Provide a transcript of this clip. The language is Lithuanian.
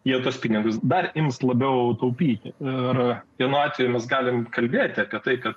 jie tuos pinigus dar ims labiau taupyti ir vienu atveju mes galime kalbėti kad tai kad